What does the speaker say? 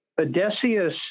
Odysseus